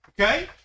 Okay